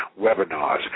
webinars